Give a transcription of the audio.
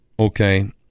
Okay